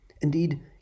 Indeed